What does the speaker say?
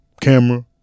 Camera